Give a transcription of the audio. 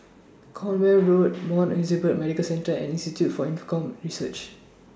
Cornwall Road Mount Elizabeth Medical Centre and Institute For Infocomm Research